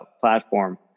platform